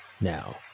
Now